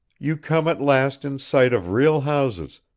you come at last in sight of real houses,